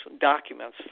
documents